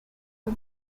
for